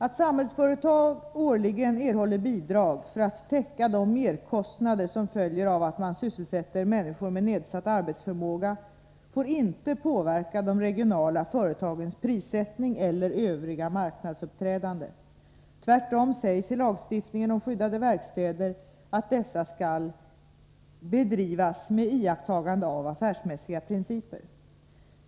Att Samhällsföretag årligen erhåller bidrag för att täcka de olika merkostnader som följer av att man sysselsätter människor med nedsatt arbetsförmåga får inte påverka de regionala företagens prissättning eller övriga marknadsuppträdande. Tvärtom sägs i lagstiftningen om skyddade verkstäder att dessa skall ”bedrivas med iakttagande av affärsmässiga principer”.